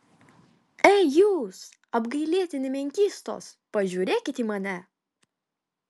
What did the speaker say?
ei jūs apgailėtini menkystos pažiūrėkit į mane